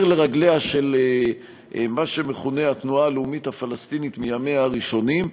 לרגליה של מה שמכונה התנועה הלאומית הפלסטינית מימיה הראשונים,